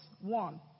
one